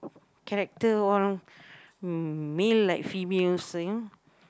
character all male like female thing